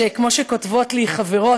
כמו שכותבות לי חברות,